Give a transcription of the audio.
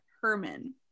Herman